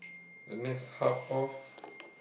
the next hub of